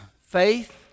Faith